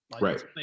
right